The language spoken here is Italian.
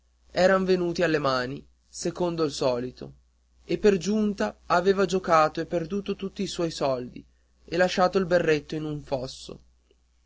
eran venuti alle mani secondo il solito e per giunta aveva giocato e perduto tutti i suoi soldi e lasciato il berretto in un fosso